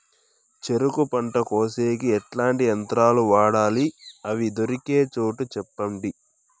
చెరుకు పంట కోసేకి ఎట్లాంటి యంత్రాలు వాడాలి? అవి దొరికే చోటు చెప్పండి?